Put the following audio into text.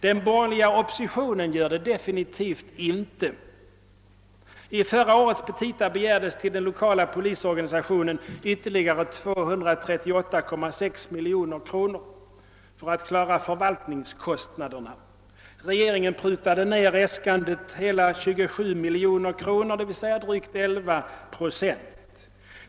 Den borgerliga oppositionen gör det definitivt inte. I förra årets petita begärdes till den lokala polisorganisationen ytterligare 238,6 miljoner kronor för att klara förvaltningskostnaderna. Regeringen pru tade ner äskandet med hela 27 miljoner kronor, d.v.s. drygt 11 procent.